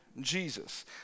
Jesus